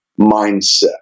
mindset